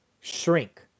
shrink